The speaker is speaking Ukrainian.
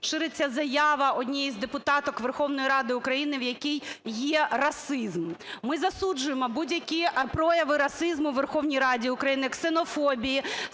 шириться заява однієї з депутаток Верховної Ради України, в якій є расизм. Ми засуджуємо будь-які прояви расизму у Верховній Раді України, ксенофобії,